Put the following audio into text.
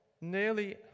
nearly